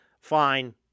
fine